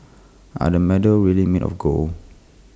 are the medals really made of gold